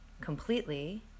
Completely